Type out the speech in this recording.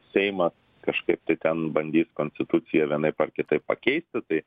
seimas kažkaip tai ten bandys konstituciją vienaip ar kitaip pakeisti tai